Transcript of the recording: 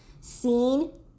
seen